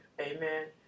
amen